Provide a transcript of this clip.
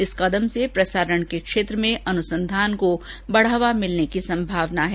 इस कदम से प्रसारण के क्षेत्र में अनुसंधान को बढ़ावा मिलने की संभावना है